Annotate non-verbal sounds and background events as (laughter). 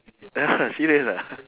(laughs) serious ah